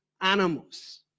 animals